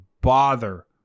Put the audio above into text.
bother